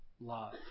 love